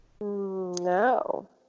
No